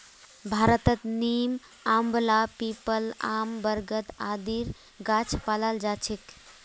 भारतत नीम, आंवला, पीपल, आम, बरगद आदिर गाछ पाल जा छेक